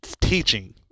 teaching